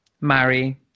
marry